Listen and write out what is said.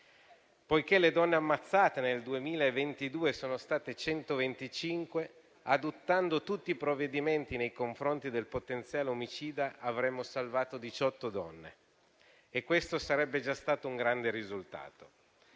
Poiché le donne ammazzate nel 2022 sono state 125, adottando tutti i provvedimenti nei confronti del potenziale omicida avremmo salvato diciotto donne e questo sarebbe già stato un grande risultato,